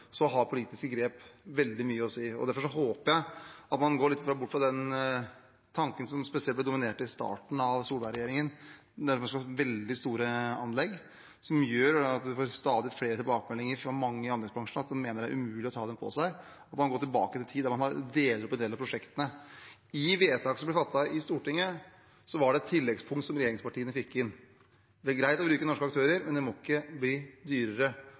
har politiske grep veldig mye å si. Derfor håper jeg at man går litt bort fra den tanken som spesielt dominerte i starten av Solberg-regjeringen, nemlig veldig store anlegg, som gjør at man får stadig flere tilbakemeldinger fra mange i anleggsbransjen om at de mener det er umulig å ta dem på seg. Man må tilbake til den tid da man delte opp en del av prosjektene. I vedtak som ble fattet i Stortinget, var det et tilleggspunkt som regjeringspartiene fikk inn: Det er greit å bruke norske aktører, men det må ikke bli dyrere.